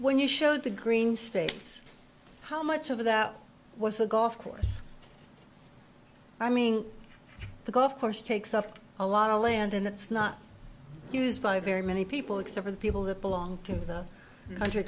when you showed the green space how much of that was a golf course i mean the golf course takes up a lot of land and that's not used by very many people except for the people that belong to the country